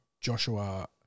Joshua